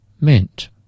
meant